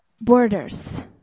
borders